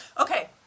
Okay